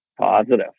positive